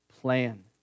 plan